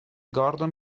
gordon